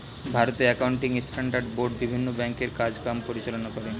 ভারতে accounting standard board বিভিন্ন ব্যাংকের কাজ কাম পরিচালনা করে